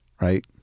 right